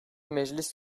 meclis